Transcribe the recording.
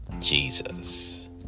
Jesus